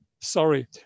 sorry